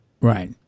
Right